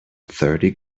thirty